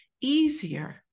easier